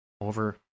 over